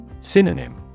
Synonym